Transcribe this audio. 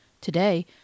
Today